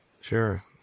Sure